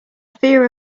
fear